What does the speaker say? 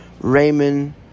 Raymond